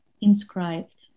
inscribed